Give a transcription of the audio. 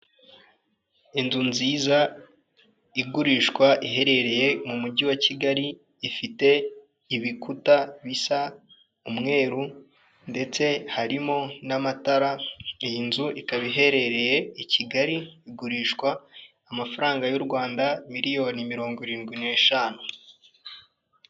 Inzu nziza igurishwa iherereye mu mujyi wa Kigali ifite ibikuta bisa umweru, ndetse harimo n'amatara iyi nzu ikaba iherereye i Kigali igurishwa amafaranga y'u Rwanda miliyoni mirongo irindwi n'eshanu.